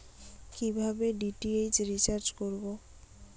কিভাবে DTH recharge করব?